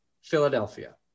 Philadelphia